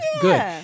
Good